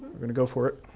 gonna go for it.